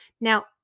Now